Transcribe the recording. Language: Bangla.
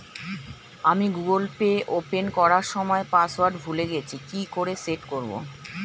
আমি গুগোল পে ওপেন করার সময় পাসওয়ার্ড ভুলে গেছি কি করে সেট করব?